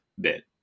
bit